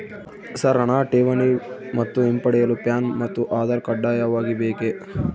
Sir ಹಣ ಠೇವಣಿ ಮತ್ತು ಹಿಂಪಡೆಯಲು ಪ್ಯಾನ್ ಮತ್ತು ಆಧಾರ್ ಕಡ್ಡಾಯವಾಗಿ ಬೇಕೆ?